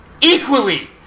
equally